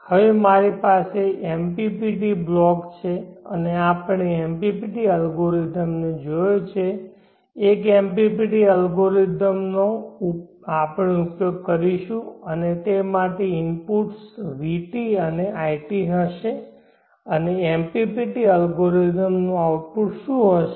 હવે મારી પાસે MPPT બ્લોક છે અને આપણે MPPT અલ્ગોરિધમનો જોયો છે એક MPPT અલ્ગોરિધમનો આપણે ઉપયોગ કરીશું અને તે માટેના ઇનપુટ્સ vt અને it હશે અને MPPT અલ્ગોરિધમનો આઉટપુટ શું હશે